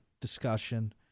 discussion